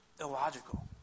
illogical